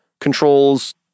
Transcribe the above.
controls